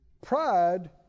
Pride